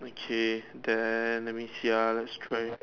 okay then let me see ya let's try